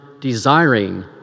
desiring